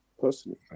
personally